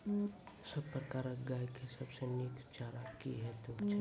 सब प्रकारक गाय के सबसे नीक चारा की हेतु छै?